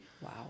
Wow